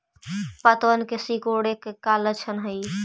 पत्तबन के सिकुड़े के का लक्षण हई?